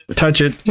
ah touch it,